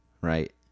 right